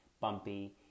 bumpy